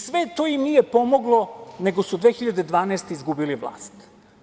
Sve to im nije pomoglo, nego su 2012. godine izgubili vlast.